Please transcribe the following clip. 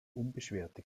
unbeschwerte